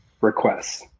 requests